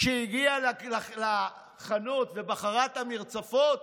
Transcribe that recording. כשהגיעה לחנות ובחרה את המרצפות,